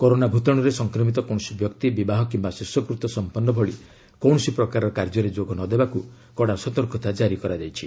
corona ଭୂତାଣୁରେ ସଂକ୍ରମିତ କୌଣସି ବ୍ୟକ୍ତି ବିବାହ କିମ୍ବା ଶେଷକୃତ୍ୟ ସମ୍ପନ୍ନ ଭଳି କୌଣସି ପ୍ରକାରର କାର୍ଯ୍ୟରେ ଯୋଗ ନ ଦେବାକୁ କଡ଼ା ସତର୍କତା ଜାରି କରାଯାଇଛି